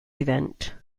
event